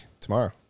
tomorrow